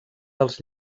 dels